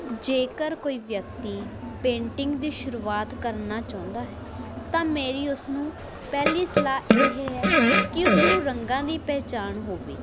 ਜੇਕਰ ਕੋਈ ਵਿਅਕਤੀ ਪੇਂਟਿੰਗ ਦੀ ਸ਼ੁਰੂਆਤ ਕਰਨਾ ਚਾਹੁੰਦਾ ਹੈ ਤਾਂ ਮੇਰੀ ਉਸ ਨੂੰ ਪਹਿਲੀ ਸਲਾਹ ਇਹ ਹੈ ਕਿ ਉਸ ਨੂੰ ਰੰਗਾਂ ਦੀ ਪਹਿਚਾਣ ਹੋਵੇ